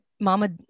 mama